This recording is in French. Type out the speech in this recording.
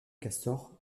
castor